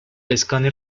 escáner